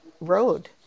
road